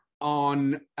on